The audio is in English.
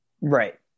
Right